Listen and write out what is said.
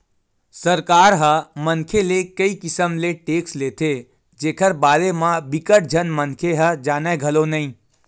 सरकार ह मनखे ले कई किसम ले टेक्स लेथे जेखर बारे म बिकट झन मनखे ह जानय घलो नइ